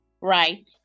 right